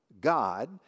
God